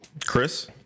Chris